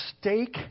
stake